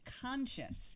conscious